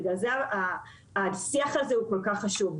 בגלל זה השיח הזה הוא כל כך חשוב.